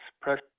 press